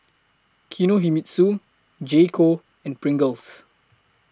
Kinohimitsu J Co and Pringles